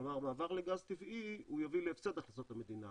כלומר מעבר לגז טבעי יביא להפסד בהכנסות המדינה,